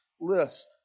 list